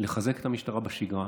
לחזק את המשטרה בשגרה.